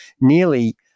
nearly